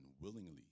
willingly